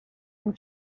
and